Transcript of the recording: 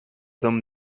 them